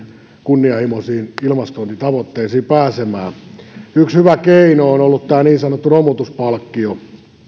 kunnianhimoisiin ilmastotavoitteisiin pääsemään yksi hyvä keino on ollut tämä niin sanottu romutuspalkkio